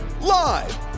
Live